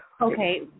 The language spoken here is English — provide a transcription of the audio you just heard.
Okay